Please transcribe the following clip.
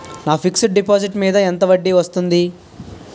నా fixed deposit మీద ఎంత వడ్డీ వస్తుంది?